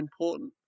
important